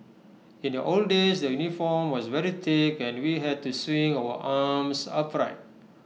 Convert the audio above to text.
in the old days the uniform was very thick and we had to swing our arms upright